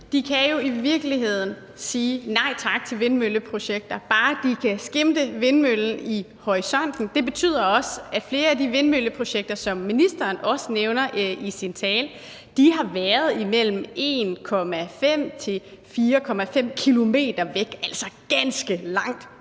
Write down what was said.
dem kan jo i virkeligheden sige nej tak til vindmølleprojekter, bare de kan skimte vindmøllen i horisonten. Det betyder også, at flere af de vindmølleprojekter, som ministeren også nævner i sin tale, har været imellem 1,5 og 4,5 km væk – altså ganske langt